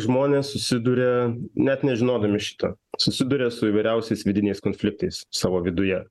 žmonės susiduria net nežinodami šito susiduria su įvairiausiais vidiniais konfliktais savo viduje